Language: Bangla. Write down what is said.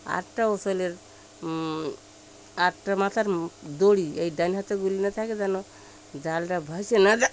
আটটা আটটা মাথার দড়ি এই ডান হাতে গুলি না থাকে যেন জালটা ভেসে না যায়